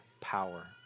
power